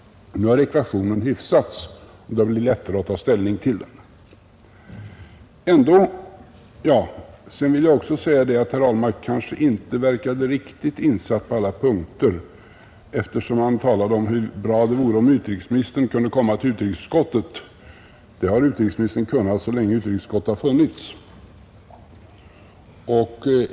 Nu har ekvationen hyfsats och det har blivit lättare att ta ställning till den. Sedan vill jag också säga att herr Ahlmark kanske inte verkade riktigt insatt på alla punkter, eftersom han talade om hur bra det vore om utrikesministern kunde komma till utrikesutskottet. Det har utrikesministern kunnat så länge utrikesutskottet har funnits.